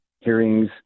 hearings